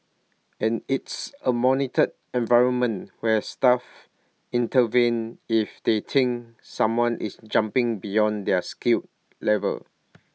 and it's A monitored environment where staff intervene if they think someone is jumping beyond their skill level